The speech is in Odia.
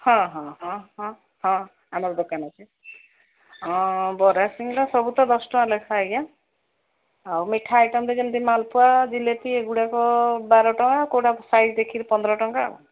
ହଁ ହଁ ହଁ ହଁ ହଁ ଆମର ଦୋକାନ ଅଛି ହଁ ବରା ସିଙ୍ଗଡ଼ା ସବୁ ତ ଦଶ ଟଙ୍କା ଲେଖା ଆଜ୍ଞା ଆଉ ମିଠା ଆଇଟମ୍ରେ ଯେମିତି ମାଲପୁଆ ଜିଲାପି ଏଗୁଡ଼ାକ ବାର ଟଙ୍କା କୋଉଟା ସାଇଜ୍ ଦେଖିକରି ପନ୍ଦର ଟଙ୍କା ଆଉ